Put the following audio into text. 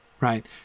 right